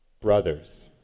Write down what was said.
Brothers